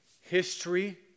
History